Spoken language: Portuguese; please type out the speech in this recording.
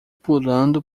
pulando